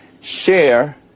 share